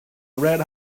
red